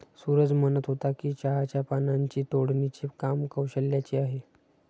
सूरज म्हणत होता की चहाच्या पानांची तोडणीचे काम कौशल्याचे आहे